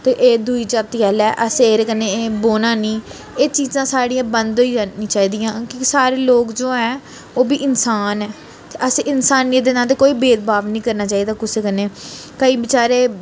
ते एह् दुई जाति आह्ला असें एह्दे कन्नै एह् बौह्ना नी एह् चीज़ां साढ़ियां बन्द होई जानियां चाहिदियां क्योंकि सारे लोग जो ऐ ओह् बी इंसान ऐ ते असें इंसानियत दे नाते कोई भेदभाव नी करना चाहिदा कुसै कन्नै केईं बेचारे